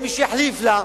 אין מי שיחליף לה,